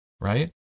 right